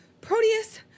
Proteus